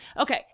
Okay